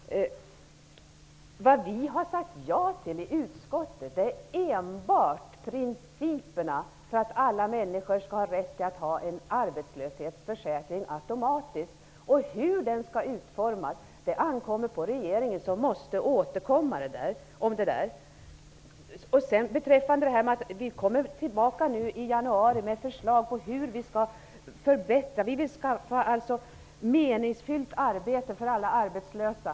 Vad vi har sagt ja till i utskottet är enbart principerna om att alla människor skall ha rätt till en automatisk arbetslöshetsförsäkring. Utformningen ankommer på regeringen; den måste återkomma med ett förslag. I januari kommer vi tillbaka med förslag på hur vi skall göra förbättringar, dvs. skapa meningsfulla arbeten för alla arbetslösa.